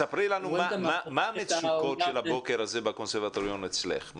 בואי תספרי לי מה המצוקות של הבוקר הזה בקונסרבטוריון אצלך.